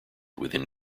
within